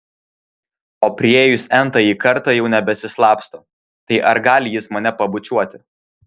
o priėjus n tąjį kartą jau nebesislapsto tai ar gali jis mane pabučiuoti